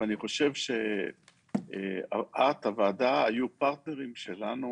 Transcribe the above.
אני חושב שאת והוועדה הייתם פרטנרים שלנו